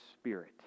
Spirit